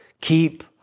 Keep